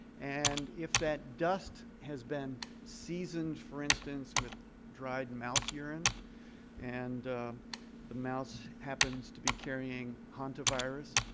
and if that dust has been seasoned, for instance, with dried mouse urine and the mouse happens to be carrying hantavirus,